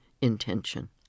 intention